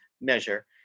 measure